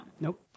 nope